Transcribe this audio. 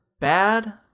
bad